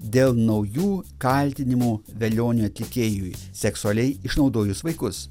dėl naujų kaltinimų velioniui atlikėjui seksualiai išnaudojus vaikus